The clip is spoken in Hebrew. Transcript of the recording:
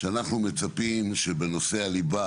שאנחנו מצפים שבנושא הליבה